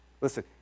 Listen